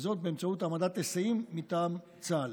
באמצעות העמדת היסעים מטעם צה"ל.